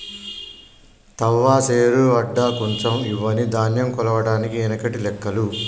తవ్వ, శేరు, అడ్డ, కుంచం ఇవ్వని ధాన్యం కొలవడానికి ఎనకటి లెక్కలు